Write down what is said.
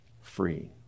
free